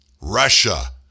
Russia